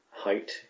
Height